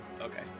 okay